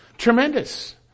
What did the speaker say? Tremendous